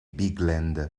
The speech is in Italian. bigland